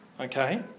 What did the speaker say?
Okay